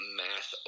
mass